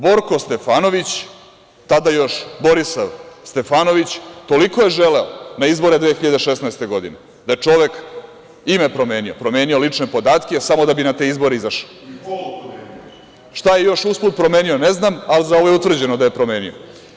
Borko Stefanović, tada još Borisav Stefanović, toliko je želeo na izbore 2016. godine, da je čovek ime promenio, promenio lične podatke samo da bi na te izbore izašao. (Vojislav Šešelj: I pol promenio.) Šta je još usput promenio ne znam, ali za ovo je utvrđeno da je promenio.